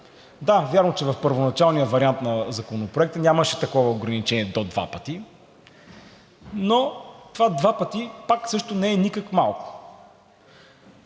Да, вярно е, че в първоначалния вариант на Законопроекта нямаше такова ограничение: „до два пъти“, но това два пъти пак също не е никак малко,